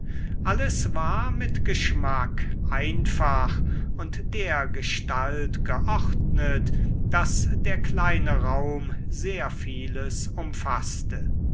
alles war mit geschmack einfach und dergestalt geordnet daß der kleine raum sehr vieles umfaßte